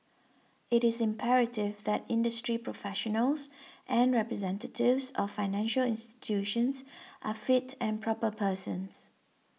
it is imperative that industry professionals and representatives of financial institutions are fit and proper persons